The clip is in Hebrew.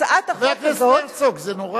הצעת החוק הזאת, חבר הכנסת הרצוג, זה נורא.